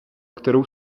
kterou